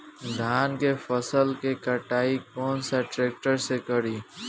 धान के फसल के कटाई कौन सा ट्रैक्टर से करी?